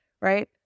right